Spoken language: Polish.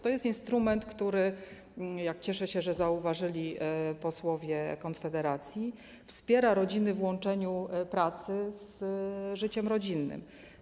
To jest instrument, który - cieszę się, że zauważyli to posłowie Konfederacji - wspiera rodziny w łączeniu pracy z życiem rodzinnym.